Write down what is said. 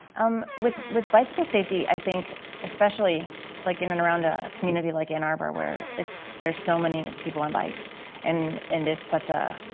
um with with bicycle safety i think especially like in and around a community like ann arbor where there's so many people on bikes and and it's such a